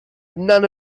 none